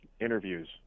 interviews